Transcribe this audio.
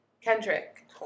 Kendrick